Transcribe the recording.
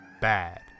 bad